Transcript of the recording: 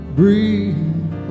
breathe